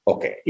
Okay